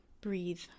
breathe